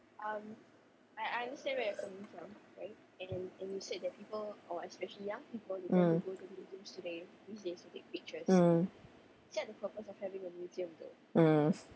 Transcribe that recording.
mm mm mm